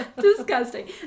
Disgusting